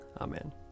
Amen